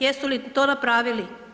Jesu li to napravili?